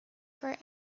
for